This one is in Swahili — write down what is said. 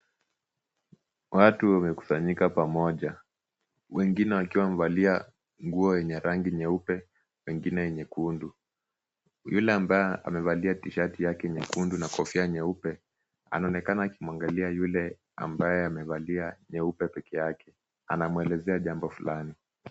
Watu wamekusanyika pamoja, wengine wakiwa wamevalia nguo yenye rangi nyeupe, wengine nyekundu. Yule ambaye amevalia tshirt yake nyekundu na kofia nyeupe, anaonekana akimuangalia yule ambaye amevalia nyeupe peke yake. Anamuelezea jambo fulani.